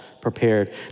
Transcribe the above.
prepared